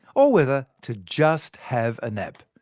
or whether to just have a nap.